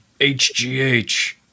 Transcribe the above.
HGH